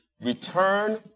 return